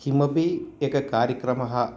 किमपि एकः कार्यक्रमः